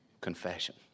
Confession